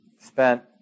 spent